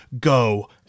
go